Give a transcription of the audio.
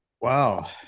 Wow